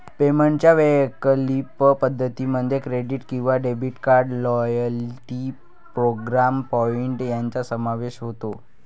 पेमेंटच्या वैकल्पिक पद्धतीं मध्ये क्रेडिट किंवा debit card, loyalty program point यांचा समावेश होतो